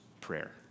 prayer